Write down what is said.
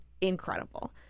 incredible